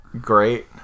great